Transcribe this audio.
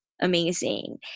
amazing